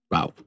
Wow